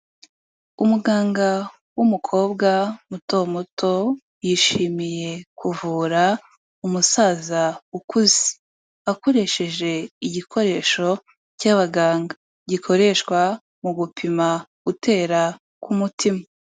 Umuganga w’umukobwa muto muto yishimiye kuvura umusaza ukuze. Akoresheje igikoresho cy’abaganga gikoreshwa mu gupima gutera k’umutima.